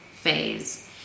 Phase